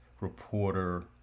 reporter